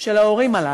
של ההורים הללו,